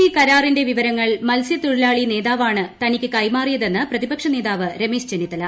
C കരാറിന്റെ വിവരങ്ങൾ മത്സ്യത്തൊഴിലാളി നേതാവാണ് തനിക്ക് കൈമാറിയതെന്ന് പ്രതിപക്ഷ നേതാവ് രമേശ് ചെന്നിത്തല